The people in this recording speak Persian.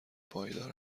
پایدار